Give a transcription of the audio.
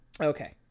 Okay